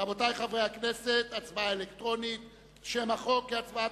רבותי, מי שבעד ההסתייגות